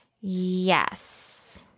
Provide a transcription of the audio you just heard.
Yes